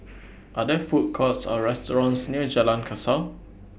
Are There Food Courts Or restaurants near Jalan Kasau